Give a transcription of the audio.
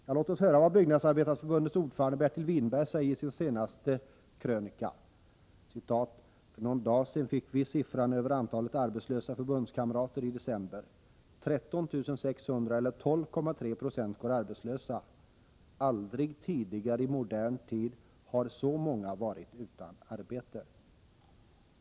Ja, låt oss höra vad Byggnadsarbetareförbundets ordförande Bertil Winberg säger vid sin senaste krönika: ”För någon dag sedan fick vi siffran över antalet arbetslösa förbundskamrater i december. 13600 eller 12,3 20 går arbetslösa. Aldrig tidigare i modern tid har så många varit utan arbete.